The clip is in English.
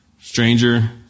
Stranger